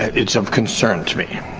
it's of concern to me.